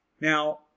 Now